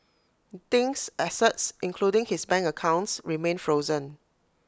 Ding's assets including his bank accounts remain frozen